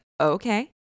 okay